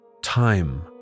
Time